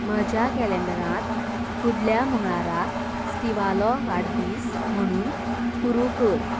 म्हज्या कॅलेंडरांत फुडल्या मंगळाराक स्टीव्हालो वाडदीस म्हणून कुरू कर